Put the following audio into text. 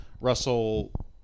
Russell